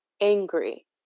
angry